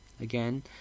again